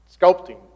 sculpting